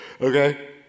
Okay